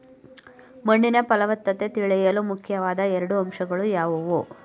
ಮಣ್ಣಿನ ಫಲವತ್ತತೆ ತಿಳಿಯಲು ಮುಖ್ಯವಾದ ಎರಡು ಅಂಶಗಳು ಯಾವುವು?